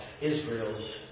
Israel's